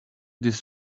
this